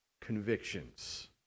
convictions